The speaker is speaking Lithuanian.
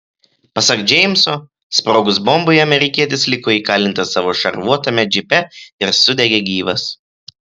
pasak džeimso sprogus bombai amerikietis liko įkalintas savo šarvuotame džipe ir sudegė gyvas